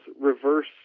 reverse